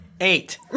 Eight